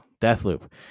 Deathloop